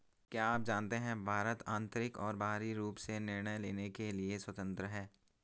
क्या आप जानते है भारत आन्तरिक और बाहरी रूप से निर्णय लेने के लिए स्वतन्त्र है?